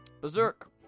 Berserk